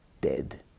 dead